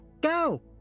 go